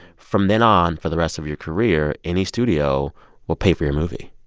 from then on, for the rest of your career, any studio will pay for your movie.